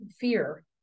fear